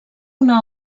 una